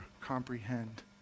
comprehend